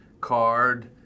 card